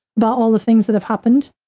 about all the things that have happened,